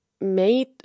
made